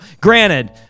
granted